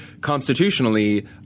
constitutionally